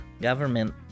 government